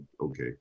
okay